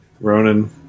Ronan